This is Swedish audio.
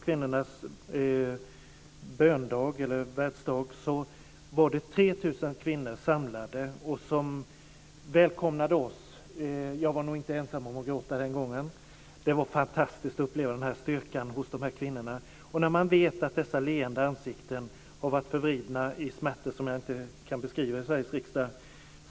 kvinnor samlade och välkomnade oss. Jag var nog inte ensam om att gråta den gången. Det var fantastiskt att uppleva styrkan hos de här kvinnorna när man vet att dessa leende ansikten har varit förvridna i smärtor som jag inte kan beskriva i Sveriges riksdag.